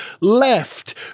left